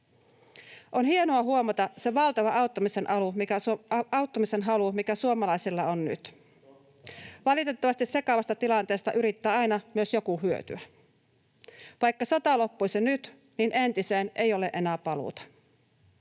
On hienoa huomata se valtava auttamisen halu, mikä suomalaisilla on nyt. [Ben Zyskowicz: Totta!] Valitettavasti sekavasta tilanteesta yrittää aina joku myös hyötyä. Vaikka sota loppuisi nyt, niin entiseen ei ole enää paluuta.